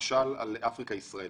למשל על "אפריקה ישראל"